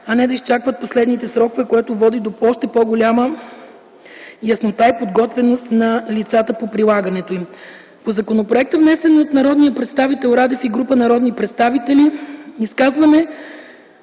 а не да изчакват последните срокове, което води до още по-голяма яснота и подготвеност на заинтересованите лица по прилагането им. По законопроекта, внесен от народния представител Емил Радев и група народни представители, изказване